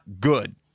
good